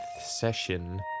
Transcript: session